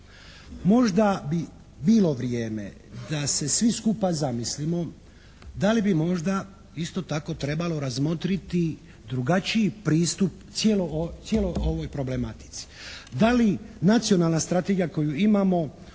Možda bi bilo vrijeme da se svi skupa zamislimo da li bi možda isto tako trebalo razmotriti drugačiji pristup cijeloj ovoj problematici. Da li Nacionalna strategija koju imamo